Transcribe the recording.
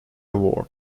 award